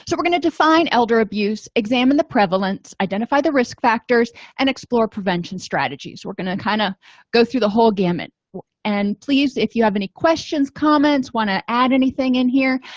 so we're going to define elder abuse examine the prevalence identify the risk factors and explore prevention strategies we're going to kind of go through the whole gamut and please if you have any questions comments want to add anything in here